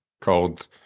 called